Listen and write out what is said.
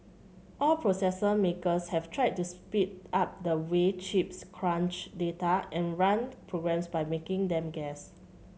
all processor makers have tried to speed up the way chips crunch data and run programs by making them guess